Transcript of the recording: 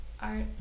art